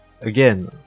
again